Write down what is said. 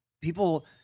people